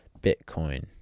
Bitcoin